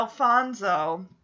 Alfonso